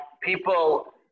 people